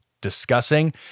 discussing